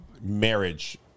marriage